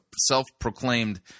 self-proclaimed